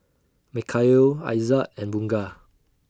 Mikhail Aizat and Bunga